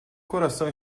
coração